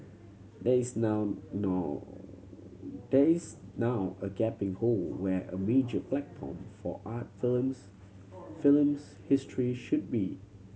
there is now now there is now a gaping hole where a major platform for art films films history should be